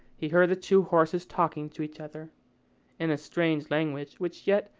he heard the two horses talking to each other in a strange language, which yet,